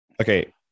Okay